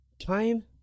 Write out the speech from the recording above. time